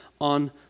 on